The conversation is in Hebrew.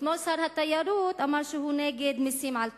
אתמול שר התיירות אמר שהוא נגד מסים על תיירות.